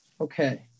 okay